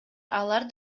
алар